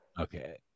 Okay